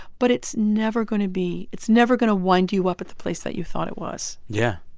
but it's never going to be it's never going to wind you up at the place that you thought it was yeah.